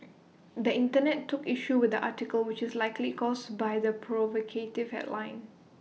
the Internet took issue with the article which is likely caused by the provocative headline